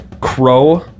Crow